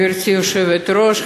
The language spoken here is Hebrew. גברתי היושבת-ראש,